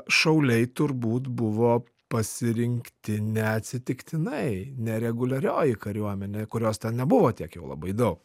šauliai turbūt buvo pasirinkti neatsitiktinai ne reguliarioji kariuomenė kurios ten nebuvo tiek jau labai daug